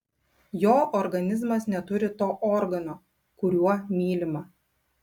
jo organizmas neturi to organo kuriuo mylima